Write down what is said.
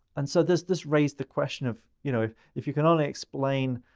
and so this this raised the question of, you know, if you can only explain,